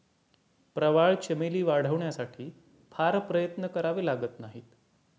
प्रवाळ चमेली वाढवण्यासाठी फार प्रयत्न करावे लागत नाहीत